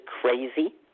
crazy